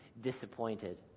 disappointed